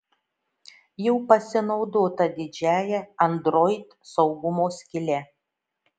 jau pasinaudota didžiąja android saugumo skyle